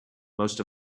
most